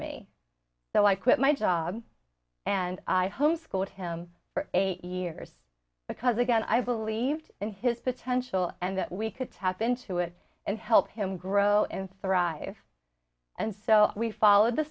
me so i quit my job and i homeschooled him for eight years because again i believed in his potential and that we could tap into it and help him grow and thrive and so we followed the